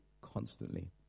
constantly